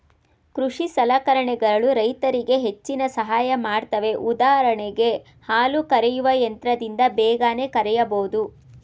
ಕೃಷಿ ಸಲಕರಣೆಗಳು ರೈತರಿಗೆ ಹೆಚ್ಚಿನ ಸಹಾಯ ಮಾಡುತ್ವೆ ಉದಾಹರಣೆಗೆ ಹಾಲು ಕರೆಯುವ ಯಂತ್ರದಿಂದ ಬೇಗನೆ ಕರೆಯಬೋದು